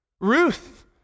Ruth